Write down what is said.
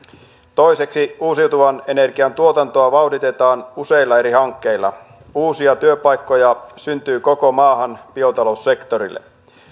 toiseksi uusiutuvan energian tuotantoa vauhditetaan useilla eri hankkeilla uusia työpaikkoja syntyy koko maahan biotaloussektorille